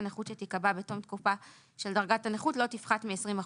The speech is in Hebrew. הנכות שתיקבע בתום תקופה של דרגת הנכות לא תפחת מ-20%.